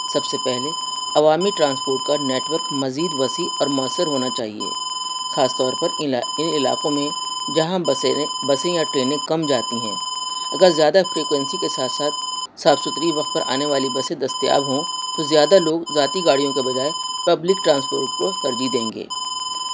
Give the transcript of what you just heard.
سب سے پہلے عوامی ٹرانسپورٹ کا نیٹ ورک مزید وسیع اور مؤثر ہونا چاہیے خاص طور پر ان علاقوں میں جہاں بس بسیں یا ٹرینیں کم جاتی ہیں اگر زیادہ فریکوینسی کے ساتھ ساتھ صاف ستھری وقت پر آنے والی بسیں دستیاب ہوں تو زیادہ لوگ ذاتی گاڑیوں کے بجائے پبلک ٹرانسپورٹ کو ترجیح دیں گے